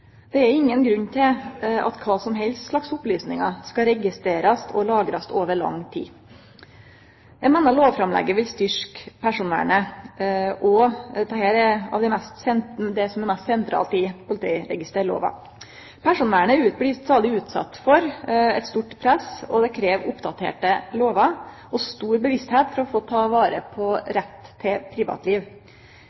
Det er ingen grunn til at kva som helst slags opplysningar skal registrerast og lagrast over lang tid. Eg meiner lovframlegget vil styrkje personvernet, og det er noko av det som er mest sentralt i politiregisterlova. Personvernet blir stadig utsett for eit stort press, og det krev oppdaterte lover og stor bevisstheit for å ta vare på